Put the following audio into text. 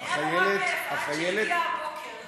עד שהגיע הבוקר.